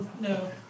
No